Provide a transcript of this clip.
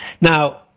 Now